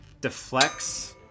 deflects